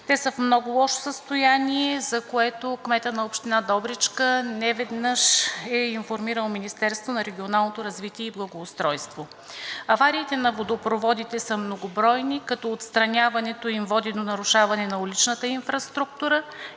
Те са в много лошо състояние, за което кметът на община Добричка неведнъж е информирал Министерството на регионалното развитие и благоустройството. Авариите на водопроводите са многобройни, като отстраняването им води до нарушаване на уличната инфраструктура